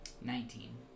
Nineteen